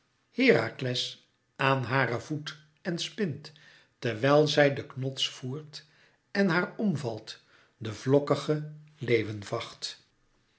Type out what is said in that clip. herakles aan haren voet en spint terwijl zij den knots voert en haar omvalt de vlokkige leeuwenvacht